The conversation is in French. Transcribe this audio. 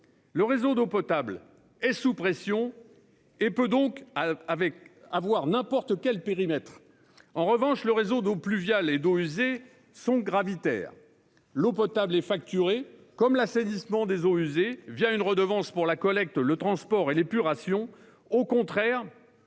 Le réseau d'eau potable est sous pression et peut donc avoir n'importe quel périmètre. En revanche, les réseaux d'eaux pluviales et d'eaux usées sont gravitaires. L'eau potable est facturée, comme l'assainissement des eaux usées, une redevance pour la collecte, le transport et l'épuration. Au contraire,